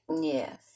yes